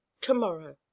Tomorrow